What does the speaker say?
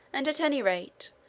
and, at any rate,